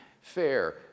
fair